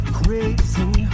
crazy